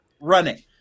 running